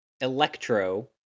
Electro